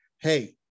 Hey